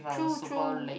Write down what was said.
true true